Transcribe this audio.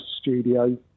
studio